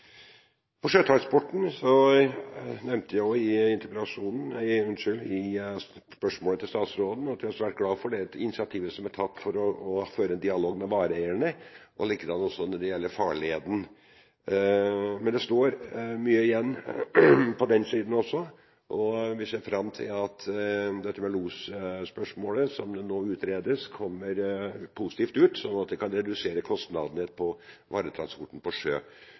gjelder sjøtransporten, nevnte jeg i spørsmålet til statsråden at jeg er svært glad for det initiativet som er tatt for å føre en dialog med vareeierne, og likedan også når det gjelder farleden. Men det står mye igjen på den siden også, og vi ser fram til at losspørsmålet, som nå utredes, kommer positivt ut, og at det kan redusere kostnadene på varetransporten på sjø.